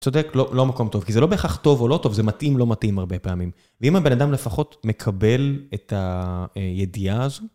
צודק, לא מקום טוב, כי זה לא בהכרח טוב או לא טוב, זה מתאים או לא מתאים הרבה פעמים. ואם הבן אדם לפחות מקבל את הידיעה הזו...